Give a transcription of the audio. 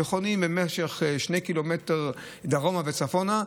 שחונים שני קילומטר דרומה וצפונה,